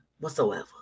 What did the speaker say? whatsoever